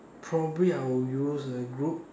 probably I'll use a group